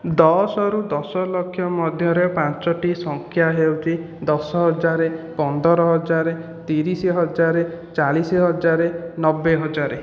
ଦଶରୁ ଦଶ ଲକ୍ଷ ମଧ୍ୟରେ ପାଞ୍ଚୋଟି ସଂଖ୍ୟା ହେଉଛି ଦଶ ହଜାର ପନ୍ଦର ହଜାର ତିରିଶ ହଜାର ଚାଳିଶ ହଜାର ନବେ ହଜାର